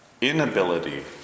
inability